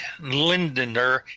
Lindener